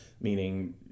meaning